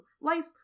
life